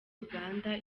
uganda